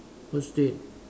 first date